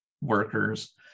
workers